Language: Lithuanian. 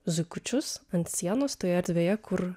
zuikučius ant sienos toje erdvėje kur